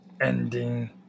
ending